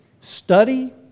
study